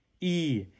E